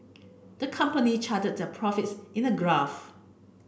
the company charted their profits in a graph